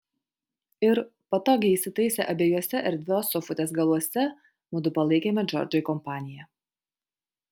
ir patogiai įsitaisę abiejuose erdvios sofutės galuose mudu palaikėme džordžui kompaniją